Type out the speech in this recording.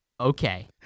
okay